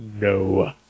No